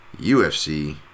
UFC